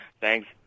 Thanks